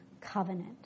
covenant